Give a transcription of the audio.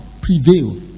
prevail